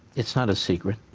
it's not a secret,